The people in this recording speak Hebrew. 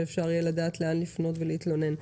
שאפשר יהיה לדעת לאן לפנות ולהתלונן.